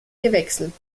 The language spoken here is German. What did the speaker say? gewechselt